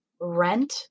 rent